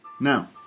Now